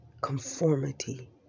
conformity